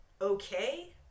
okay